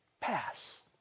pass